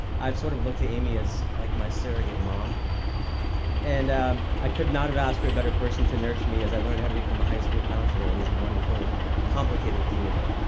i've sort of looked at amy as like my surrogate mom and i could not have asked for a better person to nurture me as i learned how to become a high school counselor in this wonderful complicated community.